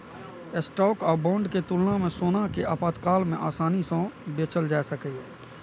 stock आ bond के तुलना मे सोना कें आपातकाल मे आसानी सं बेचल जा सकैए